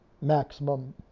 maximum